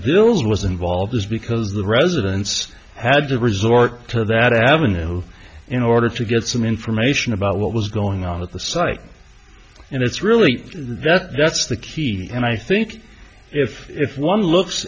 dillard was involved is because the residents had to resort to that avenue in order to get some information about what was going on at the site and it's really that that's the key and i think if one looks